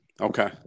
okay